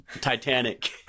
Titanic